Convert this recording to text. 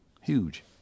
Huge